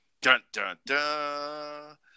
dun-dun-dun